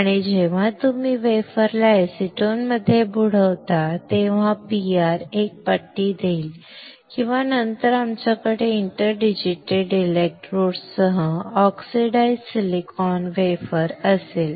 आणि जेव्हा तुम्ही वेफरला एसीटोनमध्ये बुडवता तेव्हा PR एक पट्टी देईल आणि नंतर आमच्याकडे इंटरडिजिटेटेड इलेक्ट्रोडसह ऑक्सिडाइज्ड सिलिकॉन वेफर असेल